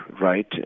right